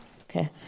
Okay